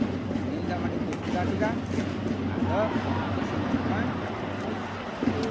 ᱱᱤᱢᱫᱟᱜ ᱢᱟᱹᱰᱤ ᱠᱚ ᱪᱚᱱᱫᱟ ᱠᱮᱫᱟ ᱟᱫᱚ ᱤᱥᱤᱱ ᱮᱱ ᱠᱷᱟᱱ